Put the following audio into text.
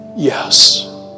Yes